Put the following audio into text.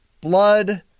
Blood